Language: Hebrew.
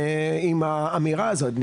עם האמירה הזאת?